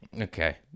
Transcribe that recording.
okay